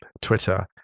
Twitter